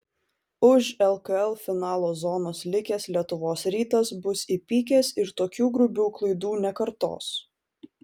už lkl finalo zonos likęs lietuvos rytas bus įpykęs ir tokių grubių klaidų nekartos